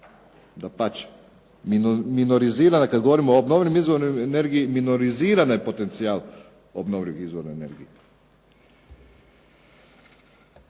Dapače minorizirano, kad govorimo o obnovljivom izvoru energije minoriziran je potencijal obnovljivog izvora energije.